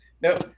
No